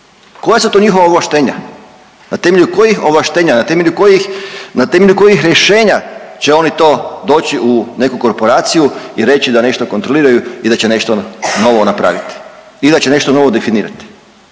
Koja su to njihova ovlaštenja? Na temelju kojih ovlaštenja, na temelju kojih rješenja će oni to doći u neku korporaciju i reći da nešto kontroliraju i da će nešto novo napraviti i da će nešto novo definirati?